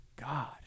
God